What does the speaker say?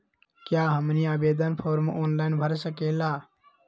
क्या हमनी आवेदन फॉर्म ऑनलाइन भर सकेला?